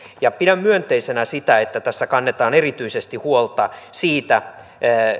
pidän myönteisenä sitä että tässä kannetaan erityisesti huolta siitä